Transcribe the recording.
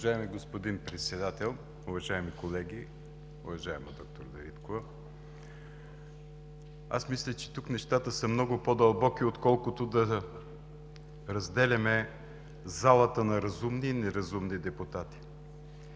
Уважаеми господин Председател, уважаеми колеги! Уважаема д-р Дариткова, аз мисля, че тук нещата са много по-дълбоки, отколкото да разделяме залата на „разумни“ и „неразумни“ депутати.